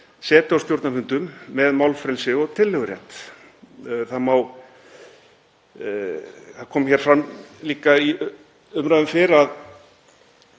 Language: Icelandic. stjórnarfundum með málfrelsi og tillögurétt. Það kom líka fram í umræðum fyrr að